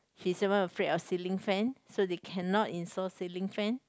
she's even afraid of ceiling fan so they cannot install ceiling fan